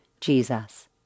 Jesus